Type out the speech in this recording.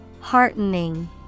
Heartening